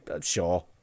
sure